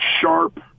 sharp